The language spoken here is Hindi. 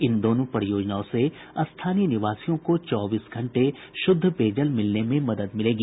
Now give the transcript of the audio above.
इन दोनों परियोजनाओं से स्थानीय निवासियों को चौबीस घंटे शुद्ध पेयजल मिलने में मदद मिलेगी